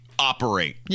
Operate